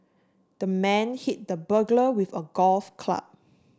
the man hit the burglar with a golf club